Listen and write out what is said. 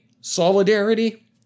Solidarity